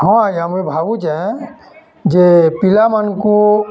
ହଁ ଆଜ୍ଞା ମୁଇଁ ଭାବୁଛେଁ ଯେ ପିଲାମାନ୍ଙ୍କୁ